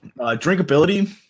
drinkability